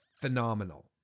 phenomenal